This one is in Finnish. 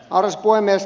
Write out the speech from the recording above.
arvoisa puhemies